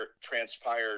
transpired